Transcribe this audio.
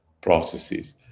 processes